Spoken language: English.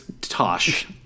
Tosh